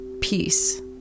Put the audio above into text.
peace